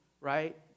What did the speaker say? right